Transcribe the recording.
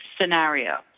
scenario